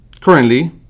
currently